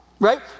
Right